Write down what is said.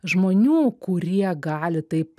žmonių kurie gali taip